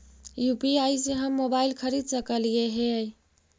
UPI से हम mobile खरिद सकलिऐ है